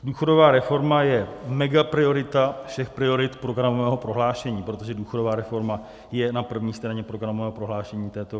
Důchodová reforma je megapriorita všech priorit programového prohlášení, protože důchodová reforma je na první straně programového prohlášení této vlády.